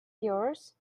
yours